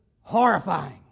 horrifying